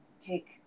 take